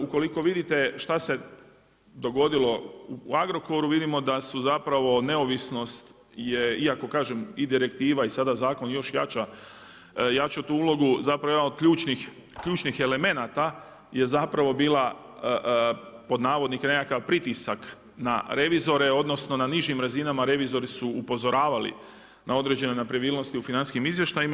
Ukoliko vidite šta se dogodilo u Agrokoru, vidimo da su zapravo neovisnost je iako kažem i direktiva i sada zakon još jača, jača tu ulogu, zapravo jedan od ključnih elemenata je zapravo bila pod navodnike nekakav pritisak na revizore, odnosno na nižim razinama revizori su upozoravali na određene nepravilnosti u financijskim izvještajima.